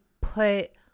put